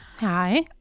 hi